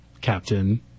Captain